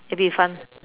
it will be fun